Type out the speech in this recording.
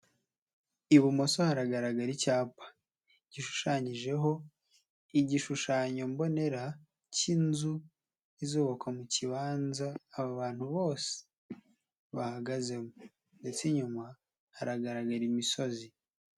Ibumoso haragaragara icyapa gishushanyijeho igishushanyo mbonera cy'inzu izubakwa mu kibanza aba bantu bose bahagazemo ndetse inyuma haragaragara imisozi.